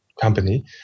company